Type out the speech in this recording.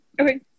Okay